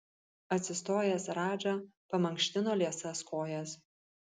atsistojęs radža pamankštino liesas kojas